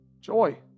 Joy